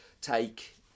take